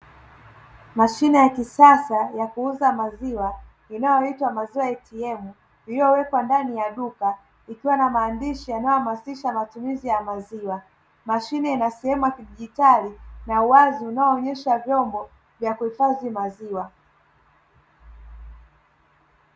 Mashine ya kisasa ya kuuza maziwa inayoitwa maziwa “ATM” iliyowekwa ndani ya duka ikiwa na maandishi yanayohamasisha matumizi ya maziwa; mashine ina sehemu ya kidijitali na uwazi unaoonyesha vyombo vya kuhifadhi maziwa.